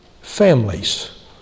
families